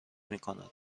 میکند